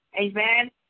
amen